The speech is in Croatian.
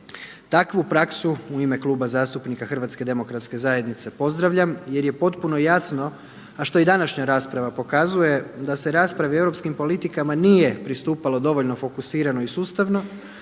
Takvu praksu u ime Kluba zastupnika HDZ-a pozdravljam jer je potpuno jasno, a što i današnja rasprava pokazuje da se rasprava o europskim politikama nije pristupalo dovoljno fokusirano i sustavno,